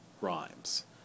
rhymes